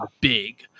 big